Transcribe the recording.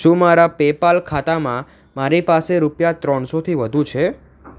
શું મારા પેપાલ ખાતામાં મારી પાસે રૂપિયા ત્રણસોથી વધુ છે